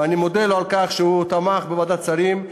ואני מודה לו על כך שהוא תמך בוועדת השרים,